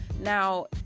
Now